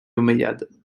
omeyyade